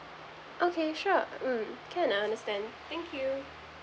okay sure mm can I understand thank you